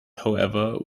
however